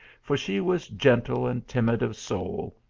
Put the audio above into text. for she was gentle and timid of soul,